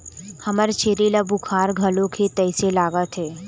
हमर छेरी ल बुखार घलोक हे तइसे लागत हे